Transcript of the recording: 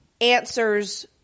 answers